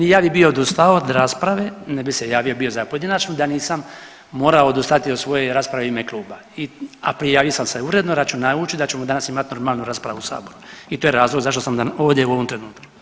I ja bih bio odustao od rasprave, ne bi se javio bio za pojedinačnu da nisam morao odustati od svoje rasprave u ime kluba, a prijavio sam se uredno računajući da ćemo danas imati normalnu raspravu u Saboru i to je razlog zašto sam ovdje u ovome trenutku.